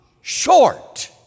short